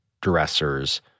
dressers